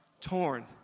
Torn